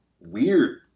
weird